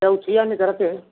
चौथिया निकलत है